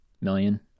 million